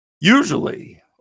usually